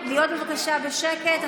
להיות בבקשה בשקט,